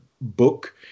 book